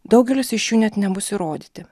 daugelis iš jų net nebus įrodyti